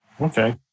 Okay